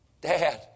Dad